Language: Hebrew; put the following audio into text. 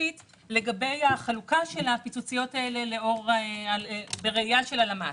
ספציפית לגבי החלוקה של הפיצוציות האלה בראייה של הלמ"ס.